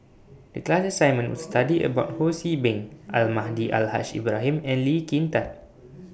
The class assignment was study about Ho See Beng Almahdi Al Haj Ibrahim and Lee Kin Tat